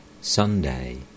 Sunday